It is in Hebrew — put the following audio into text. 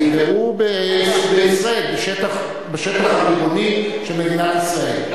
הם נקברו בישראל, בשטח הריבוני של מדינת ישראל.